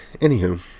Anywho